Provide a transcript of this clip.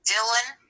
Dylan